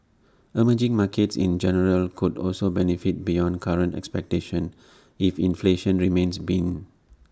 emerging markets in general could also benefit beyond current expectations if inflation remains been